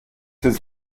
his